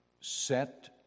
set